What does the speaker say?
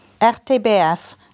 RTBF